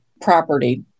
property